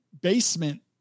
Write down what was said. basement